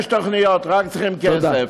יש תוכניות, רק צריכים כסף.